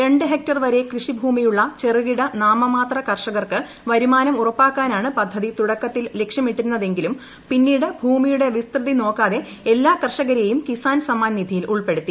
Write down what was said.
രണ്ട് ഹെക്ടർ വരെ കൃഷിഭൂമിയുള്ള ചെറുകിട നാമമാത്ര കർഷകർക്ക് വരുമാനം ഉറപ്പാക്കാനാണ് പദ്ധതി തുടക്കത്തിൽ ലക്ഷ്യമിട്ടിരുന്നതെങ്കിലും പിന്നീട് ഭൂമിയുടെ വിസ്തൃതി നോക്കാതെ എല്ലാ കർഷകരെയും കിസാൻ സമ്മൂൻ നിധിയിൽ ഉൾപ്പെടുത്തി